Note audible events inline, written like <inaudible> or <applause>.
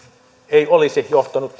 ei olisi johtanut <unintelligible>